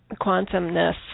quantumness